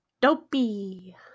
Dopey